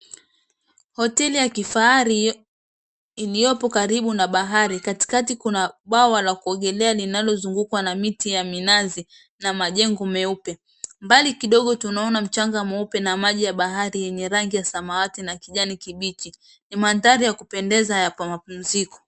Hoteli ya kifahali iliyopo karibu na bahari katikati kuna bawa la kuogelea, linalozunguzwa na miti ya minazi na majengo meupe. Mbali kidogo tunaona mchanga mweupe na maji ya bahari yenye rangi ya samawati na kijani kibichi. Ni mandhari ya kupendeza ya mapumziko.